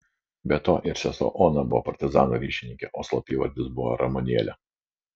be to ir sesuo ona buvo partizanų ryšininkė jos slapyvardis buvo ramunėlė